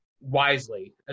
wisely